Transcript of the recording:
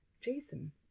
Jason